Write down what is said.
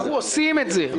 אנחנו עושים את זה,